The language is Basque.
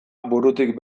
burutik